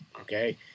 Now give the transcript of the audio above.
Okay